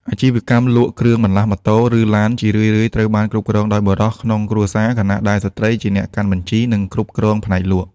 អាជីវកម្មលក់គ្រឿងបន្លាស់ម៉ូតូ ឬឡានជារឿយៗត្រូវបានគ្រប់គ្រងដោយបុរសក្នុងគ្រួសារ ខណៈដែលស្ត្រីជាអ្នកកាន់បញ្ជី និងគ្រប់គ្រងផ្នែកលក់។